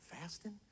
fasting